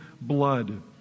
blood